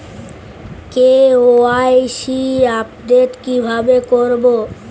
KYC update কিভাবে করবো?